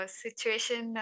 situation